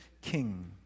king